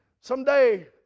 Someday